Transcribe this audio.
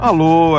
Alô